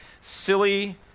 Silly